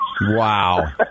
Wow